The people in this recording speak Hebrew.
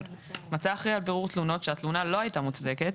(ג)מצא האחראי על בירור תלונות שהתלונה לא הייתה מוצדקת,